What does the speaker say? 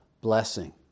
blessing